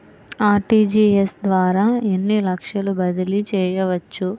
RTGS ద్వారా ఎన్ని లక్షలు బదిలీ చేయవచ్చు?